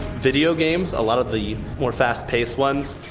video games, a lot of the more fast-paced ones,